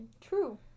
True